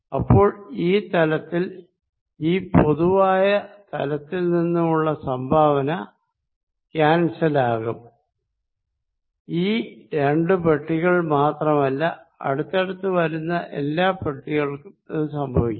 അപ്പോൾ ഈ തലത്തിൽ ഈ പൊതുവായ തലത്തിൽ നിന്നും ഉള്ള സംഭാവന ക്യാന്സലാകും ഈ രണ്ടു പെട്ടികൾ മാത്രമല്ല അടുത്തടുത്ത് വരുന്ന എല്ലാ പെട്ടികൾക്കും ഇത് സംഭവിക്കും